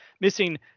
missing